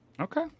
Okay